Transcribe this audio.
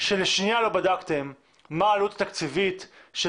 שלשנייה לא בדקתם מה העלות התקציבית של